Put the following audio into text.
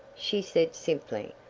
she said simply.